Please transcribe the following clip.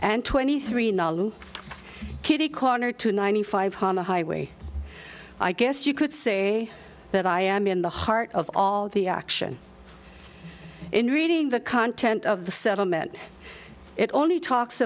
and twenty three kitty corner to ninety five one highway i guess you could say that i am in the heart of all the action in reading the content of the settlement it only talks